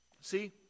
See